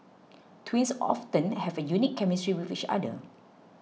twins often have a unique chemistry with each other